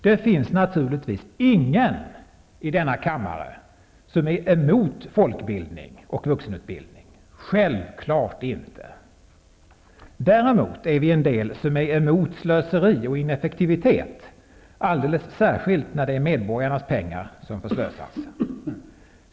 Det finns naturligvis ingen i denna kammare som är emot folkbildning och vuxenutbildning. Självklart inte! Däremot är vi en del som är emot slöseri och ineffektiv -- alldeles särskilt när det är medborgarnas pengar som förslösas.